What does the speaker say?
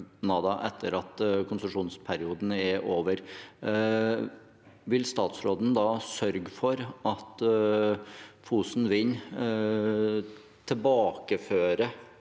etter at konsesjonsperioden er over, vil statsråden da sørge for at Fosen vind tilbakefører